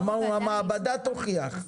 אמרנו שהמעבדה תוכיח.